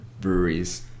breweries